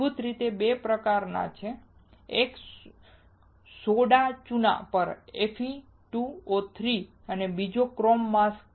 મૂળભૂત રીતે બે પ્રકારો છે એક સોડા ચૂના પર Fe2O3 બીજો ક્રોમ માસ્ક